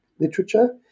literature